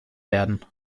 werden